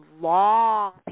long